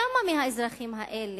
כמה מהאזרחים האלה,